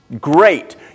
great